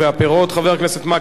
חבר הכנסת מקלב, בבקשה.